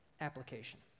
application